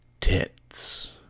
tits